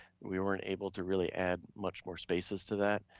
we weren't able to really add much more spaces to that,